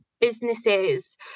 businesses